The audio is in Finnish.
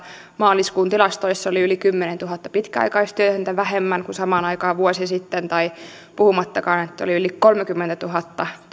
maaliskuun tilastoissa oli yli kymmenentuhatta pitkäaikaistyötöntä vähemmän kuin samaan aikaan vuosi sitten puhumattakaan siitä että oli yli kolmekymmentätuhatta